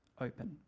open